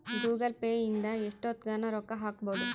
Google Pay ಇಂದ ಎಷ್ಟೋತ್ತಗನ ರೊಕ್ಕ ಹಕ್ಬೊದು